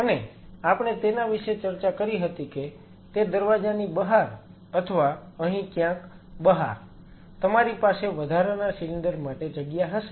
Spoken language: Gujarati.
અને આપણે તેના વિશે ચર્ચા કરી હતી કે તે દરવાજાની બહાર અથવા અહીં ક્યાંક બહાર તમારી પાસે વધારાના સિલિન્ડર માટે જગ્યા હશે